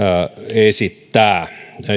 esittää